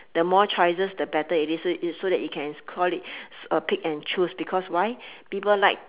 the more choices the better it is so is so that you can call it a pick and choose because why people like